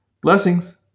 Blessings